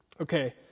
Okay